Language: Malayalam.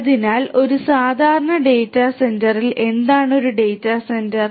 അതിനാൽ ഒരു സാധാരണ ഡാറ്റാ സെന്ററിൽ എന്താണ് ഒരു ഡാറ്റ സെന്റർ